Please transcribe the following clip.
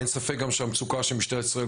אין ספק גם שהמצוקה של משטרת ישראל,